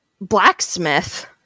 Blacksmith